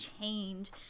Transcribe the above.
change